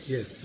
Yes